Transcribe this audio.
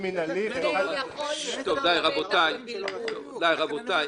------ אם נתנו לו סמכות,